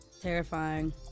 Terrifying